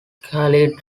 khalid